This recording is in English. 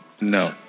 No